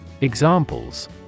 Examples